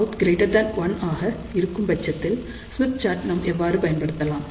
|Γout|1 இருக்கும்போது ஸ்மித் சாட்டை நாம் எவ்வாறு பயன்படுத்தலாம்